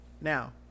now